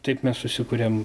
taip mes susikuriam